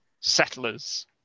settlers